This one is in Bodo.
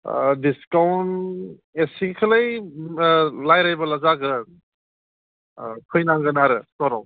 डिसकाउन्ट एसेखौलाय रायज्लायबोला जागोन फैनांगोन आरो स्टरआव आ